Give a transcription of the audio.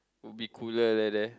would be cooler leh there